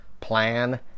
plan